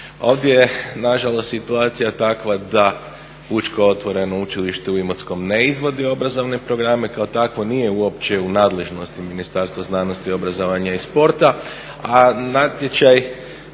Ovdje je nažalost situacija takva da Pučko otvoreno učilište u Imotskom ne izvodi obrazovne programe i kao takvo nije uopće u nadležnosti Ministarstva znanosti, obrazovanja i sporta. A natječaj